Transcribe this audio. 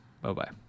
Bye-bye